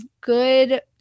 good